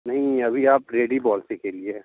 नहीं अभी आप रेड ही बॉल से खेलिए